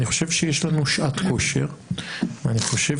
אני חושב שיש לנו שעת כושר ואני חושב